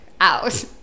out